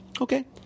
okay